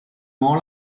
all